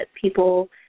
people